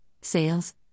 Sales